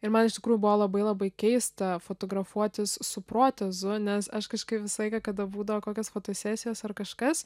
ir man iš tikrųjų buvo labai labai keista fotografuotis su protezu nes aš kažkaip visą laiką kada būdavo kokios fotosesijos ar kažkas